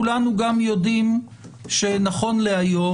כולנו גם יודעים שנכון להיום,